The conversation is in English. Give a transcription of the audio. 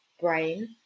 brain